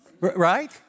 Right